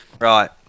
Right